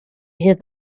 hear